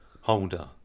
Holder